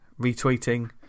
retweeting